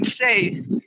say